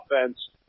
offense